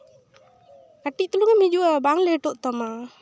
ᱠᱟᱹᱴᱤᱡ ᱛᱩᱞᱩᱝᱮᱢ ᱦᱤᱡᱩᱜᱼᱟ ᱵᱟᱝ ᱞᱮᱴᱚᱜ ᱛᱟᱢᱟ